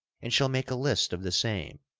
and shall make a list of the same,